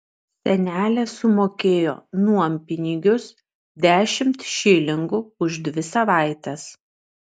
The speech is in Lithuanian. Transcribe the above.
senelė sumokėjo nuompinigius dešimt šilingų už dvi savaites